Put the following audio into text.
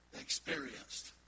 experienced